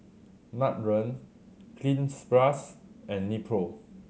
Nutren Cleanz Plus and Nepro